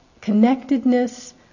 connectedness